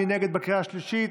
מי נגד בקריאה השלישית?